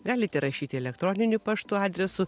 galite rašyti elektroniniu paštu adresu